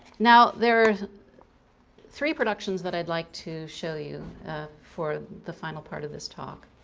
now there are three productions that i'd like to show you for the final part of this talk.